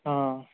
অঁ